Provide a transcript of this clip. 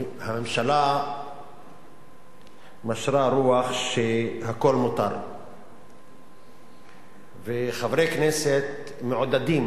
הממשלה משרה רוח שהכול מותר וחברי כנסת מעודדים,